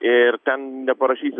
ir ten neparašyti